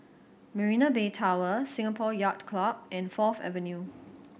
Marina Bay Tower Singapore Yacht Club and Fourth Avenue